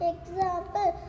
Example